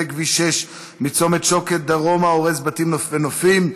כביש 6 מצומת שוקת דרומה הורס בתים ונופים,